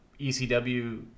ECW